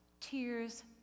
tears